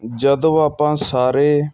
ਜਦੋਂ ਆਪਾਂ ਸਾਰੇ